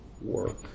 work